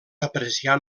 apreciar